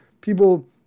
people